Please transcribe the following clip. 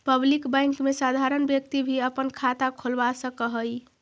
public bank में साधारण व्यक्ति भी अपना खाता खोलवा सकऽ हइ